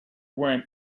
went